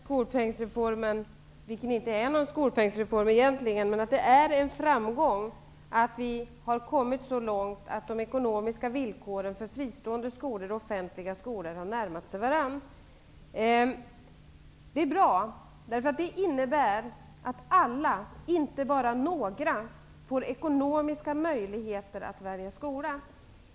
Herr talman! Jag vidhåller att skolpengsreformen, som egentligen inte är någon skolpengsreform, är en framgång. Det är en framgång att vi har kommit så långt att de ekonomiska villkoren för fristående skolor och offentliga skolor har närmat sig varandra. Det är bra, eftersom det innebär att alla, inte bara några, får ekonomiska möjligheter att välja skola.